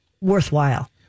worthwhile